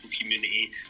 community